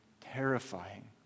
terrifying